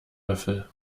löffel